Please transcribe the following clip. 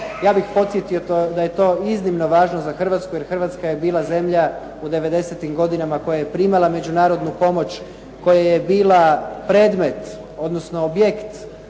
Ja bih podsjetio da je to iznimno važno za Hrvatsku jer Hrvatska je bila zemlja u devedesetim godinama koja je primala međunarodnu pomoć, koja je bila predmet odnosno objekt